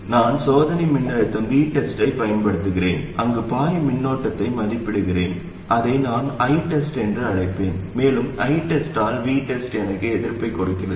நான் சோதனை மின்னழுத்தம் VTEST ஐப் பயன்படுத்துகிறேன் அங்கு பாயும் மின்னோட்டத்தை மதிப்பிடுகிறேன் அதை நான் ITEST என்று அழைப்பேன் மேலும் ITEST ஆல் VTEST எனக்கு எதிர்ப்பைக் கொடுக்கிறது